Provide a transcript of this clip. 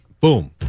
boom